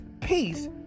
peace